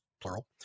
plural